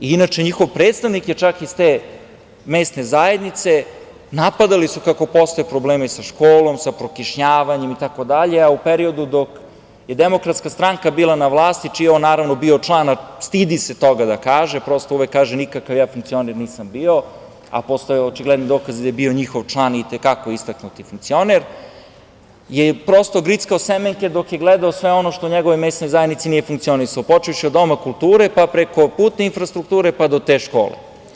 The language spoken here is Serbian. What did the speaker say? Inače, njihov predstavnik je iz te mesne zajednice, napadali su kako postoje problemi sa školom, sa prokišnjavanjem itd, a u periodu dok je DS bila na vlasti, čiji je bio član, a stidi se toga da kaže, prosto uvek kaže – nikakav funkcioner nisam bio, a postoje očigledni dokazi da je bio njihov član i itekako istaknuti funkcioner, je prosto grickao semenke dok je gledao sve ono što u njegovoj mesnoj zajednici nije funkcionisalo, počevši od Doma kulture, pa preko putne infrastrukture, pa do te škole.